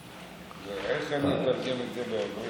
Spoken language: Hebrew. איך אני אתרגם את זה לעברית?